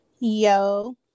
yo